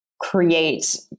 create